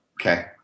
Okay